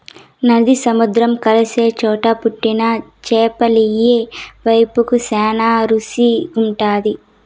నది, సముద్రం కలిసే చోట పుట్టిన చేపలియ్యి వేపుకు శానా రుసిగుంటాది